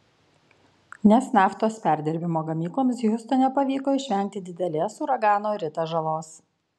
nes naftos perdirbimo gamykloms hiūstone pavyko išvengti didelės uragano rita žalos